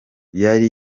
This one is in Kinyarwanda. yari